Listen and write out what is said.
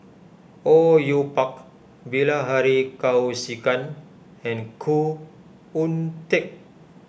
Au Yue Pak Bilahari Kausikan and Khoo Oon Teik